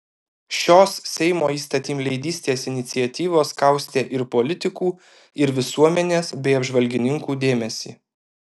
šios seimo įstatymleidystės iniciatyvos kaustė ir politikų ir visuomenės bei apžvalgininkų dėmesį